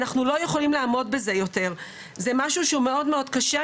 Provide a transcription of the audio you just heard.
אנחנו לא יכולים לעמוד בזה יותר כי זה משהו שהוא מאוד מאוד קשה.